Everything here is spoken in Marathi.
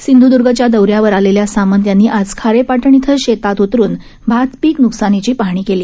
सिंधूद्र्पच्या दौऱ्यावर आलेल्या सामंत यांनी आज खारेपाटण इथं शेतात उतरून भातपीक न्कसानीची पाहणी केली